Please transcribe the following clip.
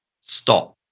stop